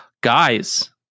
guys